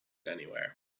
anywhere